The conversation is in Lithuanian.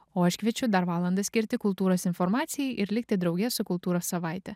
o aš kviečiu dar valandą skirti kultūros informacijai ir likti drauge su kultūros savaite